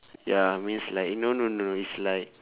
ya means like no no no it's like